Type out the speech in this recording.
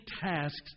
tasks